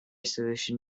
solution